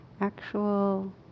actual